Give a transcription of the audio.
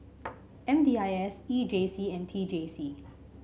M D I S E J C and T J C